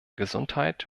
gesundheit